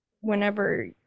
whenever